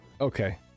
Okay